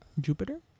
Jupiter